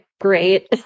great